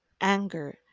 anger